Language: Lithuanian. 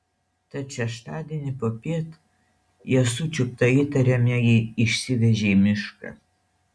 tad šeštadienį popiet jie sučiuptą įtariamąjį išsivežė į mišką